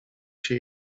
się